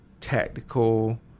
tactical